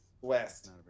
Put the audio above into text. West